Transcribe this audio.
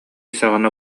саҕана